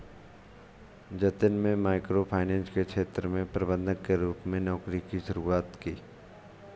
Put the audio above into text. जतिन में microfinance के क्षेत्र में प्रबंधक के रूप में नौकरी की शुरुआत की